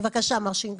בבקשה מר שינדלר.